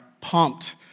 pumped